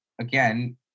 again